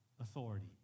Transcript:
authority